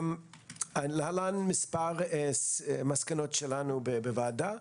להלן מספר מסקנות שלנו בוועדה: